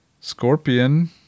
scorpion